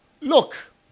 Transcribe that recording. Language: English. look